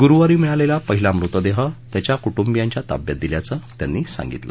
गुरुवारी मिळालेला पहिला मृतदेह कुटुंबियांच्या ताब्यात दिल्याचं त्यांनी सांगितलं